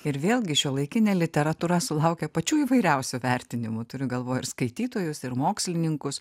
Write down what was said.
ir vėlgi šiuolaikinė literatūra sulaukia pačių įvairiausių vertinimų turiu galvoj ir skaitytojus ir mokslininkus